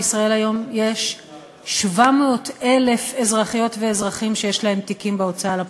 בישראל היום יש 700,000 אזרחיות ואזרחים שיש להם תיקים בהוצאה לפועל.